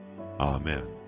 Amen